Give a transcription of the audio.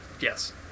Yes